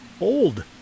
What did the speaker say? old